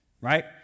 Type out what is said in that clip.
right